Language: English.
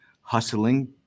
hustling